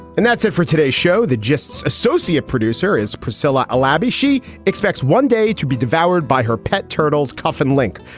and that's it for today's show, the justs associate producer is priscilla ellerby. she expects one day to be devoured by her pet turtles cuff and link.